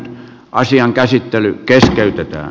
asian käsittely keskeytetään